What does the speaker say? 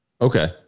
Okay